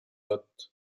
lot